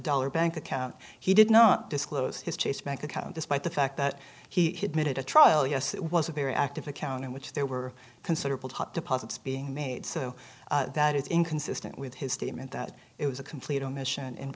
dollar bank account he did not disclose his chase bank account despite the fact that he admitted to trial yes it was a very active account in which there were considerable hot deposits being made so that is inconsistent with his statement that it was a complete omission